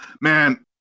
Man